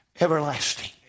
everlasting